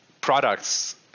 products